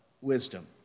wisdom